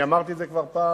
אמרתי את זה כבר פעם,